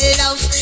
love